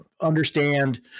understand